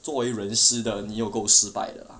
作为人师的你又够失败的吧